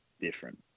different